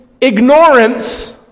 ignorance